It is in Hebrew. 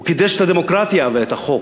הוא קידש את הדמוקרטיה ואת החוק.